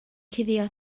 cuddio